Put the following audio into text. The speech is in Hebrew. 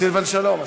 סילבן שלום.